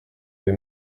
kui